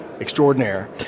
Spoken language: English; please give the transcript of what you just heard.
extraordinaire